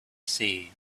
sea